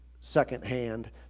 secondhand